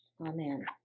Amen